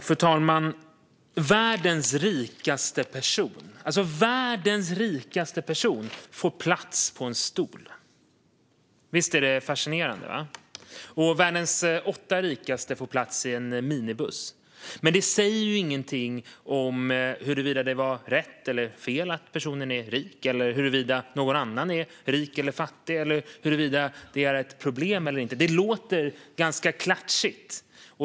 Fru talman! Världens rikaste person får plats på en stol. Visst är det fascinerande. Världens åtta rikaste får plats i en minibuss. Men det säger ingenting om huruvida det är rätt eller fel att personen är rik, huruvida någon annan är rik eller fattig eller huruvida det är ett problem eller inte. Det låter klatschigt.